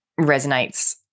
resonates